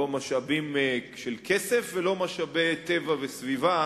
לא משאבים של כסף ולא משאבי טבע וסביבה,